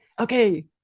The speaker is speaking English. Okay